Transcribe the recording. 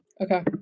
Okay